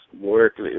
work